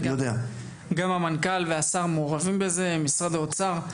וגם המנכ"ל והשר מעורבים בזה, משרד האוצר.